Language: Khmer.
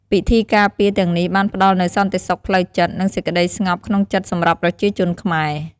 ពិធីការពារទាំងនេះបានផ្តល់នូវសន្តិសុខផ្លូវចិត្ត និងសេចក្តីស្ងប់ក្នុងចិត្តសម្រាប់ប្រជាជនខ្មែរ។